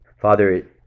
Father